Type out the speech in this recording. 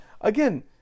Again